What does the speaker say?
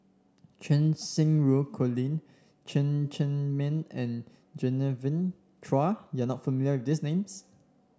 Cheng Xinru Colin Chen Cheng Mei and Genevieve Chua you are not familiar with these names